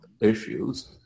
issues